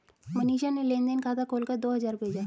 मनीषा ने लेन देन खाता खोलकर दो हजार भेजा